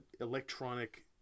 electronic